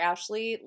Ashley